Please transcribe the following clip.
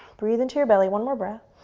breathe into your belly, one more breath,